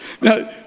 Now